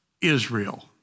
Israel